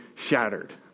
shattered